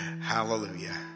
Hallelujah